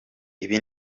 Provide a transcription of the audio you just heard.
ibi